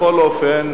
בכל אופן,